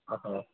ആഹാ